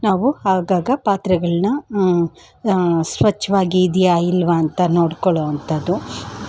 ನಾವು ಆಗಾಗ ಪಾತ್ರೆಗಳನ್ನ ಸ್ವಚ್ಛವಾಗಿ ಇದೆಯಾ ಇಲ್ವಾ ಅಂತ ನೋಡ್ಕೊಳ್ಳೋ ಅಂಥದ್ದು